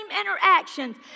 interactions